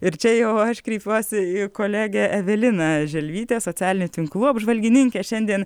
ir čia jau aš kreipiuosi į kolegę eveliną želvytę socialinių tinklų apžvalgininkė šiandien